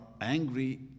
angry